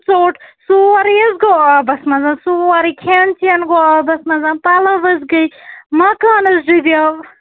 ژوٚٹ سورُے حظ گوٚو آبَس منٛز سورُے کھٮ۪ن چٮ۪ن گوٚو آبَس منٛز پَلو حظ گٔے مَکان حظ ڈُبیو